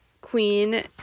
queen